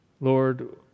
Lord